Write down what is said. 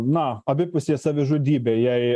na abipusė savižudybė jei